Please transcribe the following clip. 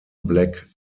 black